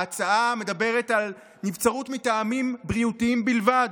ההצעה מדברת על נבצרות מטעמים בריאותיים בלבד.